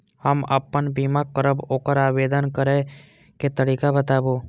हम आपन बीमा करब ओकर आवेदन करै के तरीका बताबु?